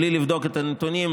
בלי לבדוק את הנתונים,